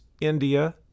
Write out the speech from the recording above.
India